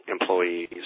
employees